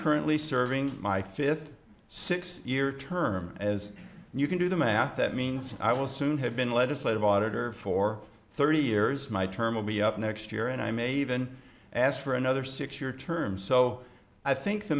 currently serving my fifth six year term as you can do the math that means i will soon have been legislative auditor for thirty years my term be up next year and i may even ask for another six year term so i think the